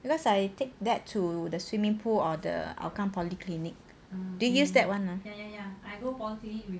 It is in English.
because I take that to the swimming pool or the hougang polyclinic do you use that one ah